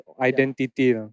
identity